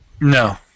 No